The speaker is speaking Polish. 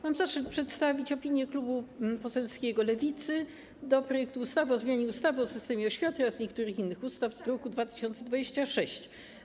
Mam zaszczyt przedstawić opinię klubu poselskiego Lewicy odnośnie do projektu ustawy o zmianie ustawy o systemie oświaty oraz niektórych innych ustaw, druk nr 2026.